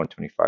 125